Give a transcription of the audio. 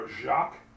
Jacques